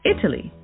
Italy